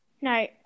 No